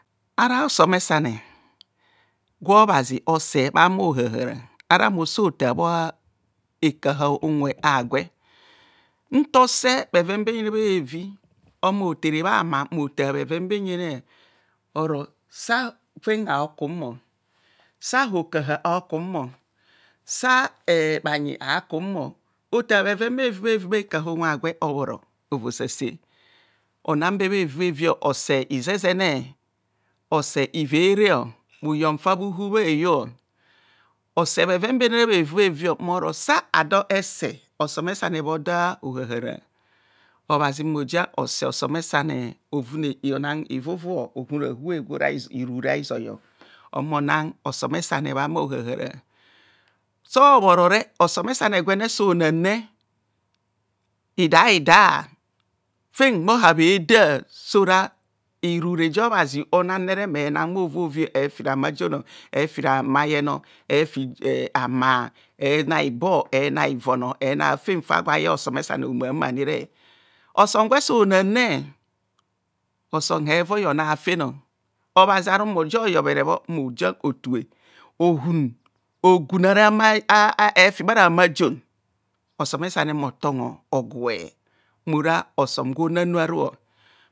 Ara osome sane gwa obhazi ose bha ma oha hara ara me osotar bha hekaha unwe agwe ntose bhevenbenjene bhevi o humo hotere bhama mmotar bheven benjene, oro sa fem a hokum, sa hokaha hakum, sa bhenyi akum ota bheven bhevibhevi bha hekaya unwe agwe obhoro ovo sase onan be bhevibhevi obe izezene, ose ivere, bhuyom fa bhu hu bha he yo ose bhevenbene bhevibhevi mmoro sa ado ese osomsame bhaoda ohahara obhazi mmojia ose osomesane ovume ona livuvuu ohubhe ahubhe ovovi ora irure ahizoi mmona ososomsane bhama ohahara so bhoro re osome sane gwene so name ida hida fen bhohabheda sora eroroja obhazi onane ena ovovi efi rama jon, efirama yen, efi hama, ewa ibor ena ivon ena afen fa gwo eye osome sane omamanire, oson gwe so namne osom levoi ona afen obhazi aru mmojian oyobhere bho mmojian otubhe owun ogun efi bhara ma jon osomesane mmotongho hogue mmora osom gwona nu aru.